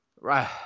right